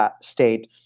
state